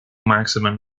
maximum